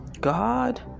God